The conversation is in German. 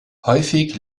häufig